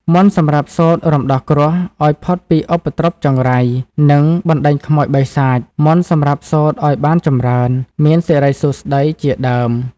មន្តសម្រាប់សូត្ររំដោះគ្រោះ ឱ្យផុតពីឧបទ្រពចង្រៃ និងបណ្ដេញខ្មោចបិសាច មន្តសម្រាប់សូត្រឱ្យបានចម្រើន មានសិរីសួស្ដី ជាដើម។